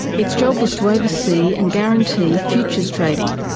its job was to oversee and guarantee futures trading,